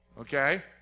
Okay